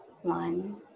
one